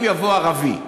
אם יבוא ערבי,